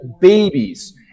babies